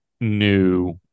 new